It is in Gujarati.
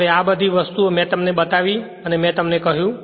હવે આ બધી વસ્તુઓ મેં તમને બતાવી અને મેં તમને કહ્યું